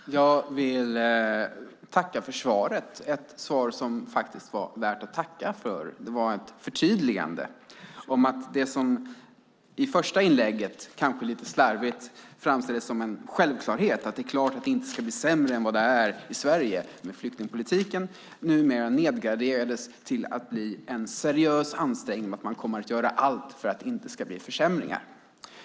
Fru talman! Jag vill tacka för svaret. Det var ett svar som faktiskt var värt att tacka för. Det var ett förtydligande av att det som i det första inlägget kanske lite slarvigt framställdes som en självklarhet - att det är klart att det inte ska bli sämre än vad det är i Sverige med flyktingpolitiken - nu nedgraderades till en seriös ansträngning och att man kommer att göra allt för att det inte ska bli försämringar.